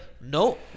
no